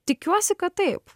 tikiuosi kad taip